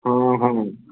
हँ हँ